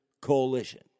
coalition